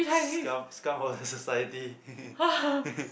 scum scum of the society